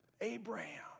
Abraham